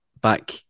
back